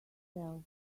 tell